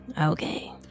Okay